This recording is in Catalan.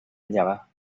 llevar